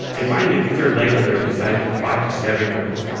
and mind you, these are legos that are designed to five to seven year olds.